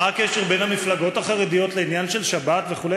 מה הקשר בין המפלגות החרדיות לעניין של שבת וכו'?